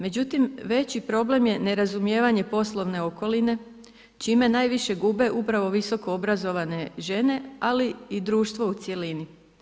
Međutim, veći problem je nerazumijevanje poslovne okoline čime najviše gube upravo visokoobrazovane žene, ali i društvo u cjelini.